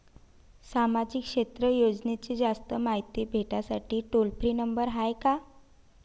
सामाजिक क्षेत्र योजनेची जास्त मायती भेटासाठी टोल फ्री नंबर हाय का?